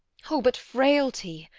oh, but frailty!